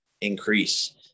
increase